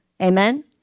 Amen